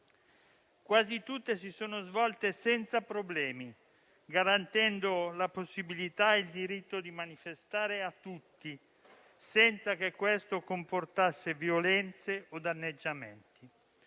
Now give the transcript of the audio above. Quasi tutte si sono svolte senza problemi, garantendo la possibilità e il diritto di manifestare a tutti, senza che questo comportasse violenze o danneggiamenti.